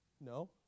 No